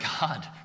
God